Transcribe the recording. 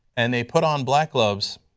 and they put on black gloves